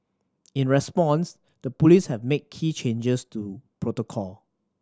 in response the police have made key changes to protocol